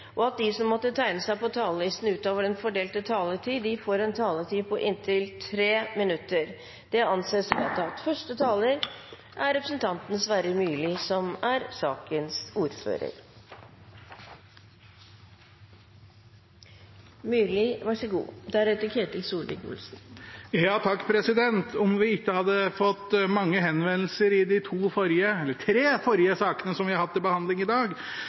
og at de som måtte tegne seg på talerlisten utover den fordelte taletid, får en taletid på inntil 3 minutter. – Det anses vedtatt. Om vi ikke har fått mange henvendelser i de tre forrige sakene som vi har hatt til behandling i dag,